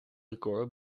record